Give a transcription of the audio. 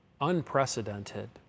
unprecedented